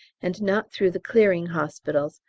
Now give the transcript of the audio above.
and not through the clearing hospitals,